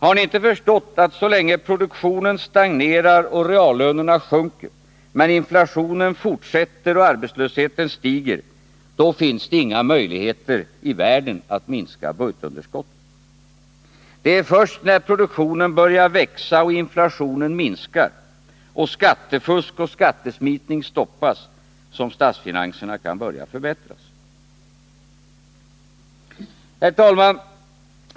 Har ni inte förstått att så länge produktionen stagnerar och reallönerna sjunker men inflationen fortsätter och arbetslösheten stiger, finns det inga möjligheter i världen att minska budgetunderskottet? Det är först när produktionen börjar växa och inflationen minskar — och skattefusk och skattesmitning stoppas — som statsfinanserna kan börja förbättras. Herr talman!